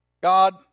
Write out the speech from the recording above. God